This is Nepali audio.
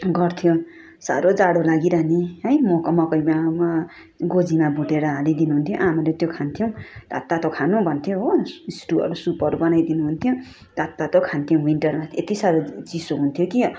गर्थ्यो सारो जाडो लागिरहने है गोजिमा भुटेर हालिदिनु हुन्थ्यो आमाले त्यो खान्थ्यौँ तातो तातो खानु भन्थ्यो हो सटु सुपहरू बनाइदिनु हुन्थ्यो तातो तातो खान्थ्यौँ विन्टरमा यत्ति सारो चिसो हुन्थ्यो कि